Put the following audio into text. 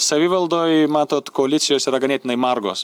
savivaldoj matot koalicijos yra ganėtinai margos